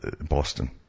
Boston